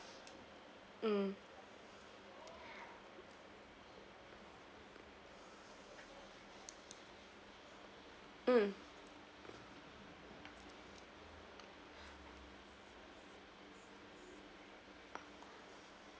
mm mm